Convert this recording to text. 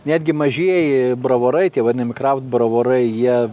netgi mažieji bravorai tie vadinamieji kraft bravorai jie